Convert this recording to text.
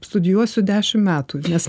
studijuosiu dešimt metų nes